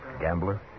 Gambler